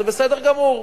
וזה בסדר גמור.